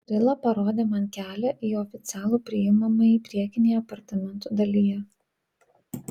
rila parodė man kelią į oficialų priimamąjį priekinėje apartamentų dalyje